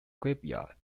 graveyard